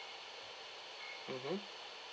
mmhmm